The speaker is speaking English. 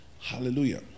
Hallelujah